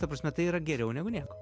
ta prasme tai yra geriau negu nieko